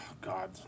God